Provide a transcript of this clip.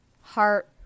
heart